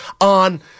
on